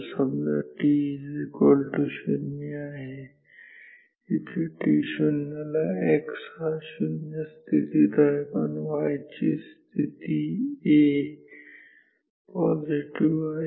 समजा t0 आहे इथे t0 ला x हा 0 स्थितीत आहे पण y ची स्थिती A पॉझिटिव्ह आहे